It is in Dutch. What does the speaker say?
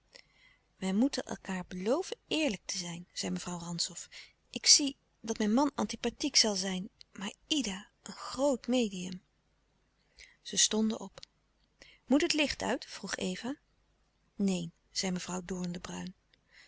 wij moeten elkaâr belooven eerlijk te zijn zei mevrouw rantzow ik zie dat mijn man antipathiek zal zijn maar ida een groot medium zij stonden op moet het licht uit vroeg eva neen zei mevrouw